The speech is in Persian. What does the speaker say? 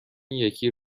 یکی